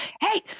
Hey